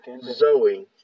Zoe